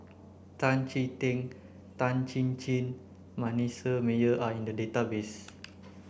Tan Chee Teck Tan Chin Chin Manasseh Meyer are in the database